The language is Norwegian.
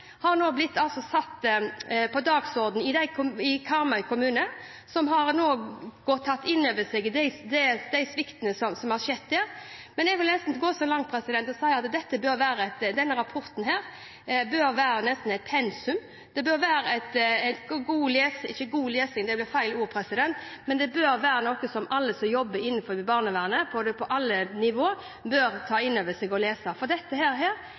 nå har blitt satt på dagsordenen i Karmøy kommune, som har tatt inn over seg de sviktene som har skjedd. Jeg vil nesten gå så langt som å si at denne rapporten bør være pensum. Den bør være – ikke god lesing, det blir feil ord – noe som alle som jobber innenfor barnevernet, på alle nivå, bør ta inn over seg og lese. For dette